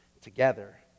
together